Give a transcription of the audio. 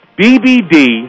BBD